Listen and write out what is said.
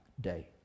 day